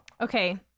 Okay